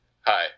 hi